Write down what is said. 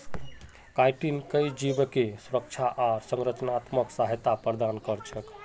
chitin कई जीवके सुरक्षा आर संरचनात्मक सहायता प्रदान कर छेक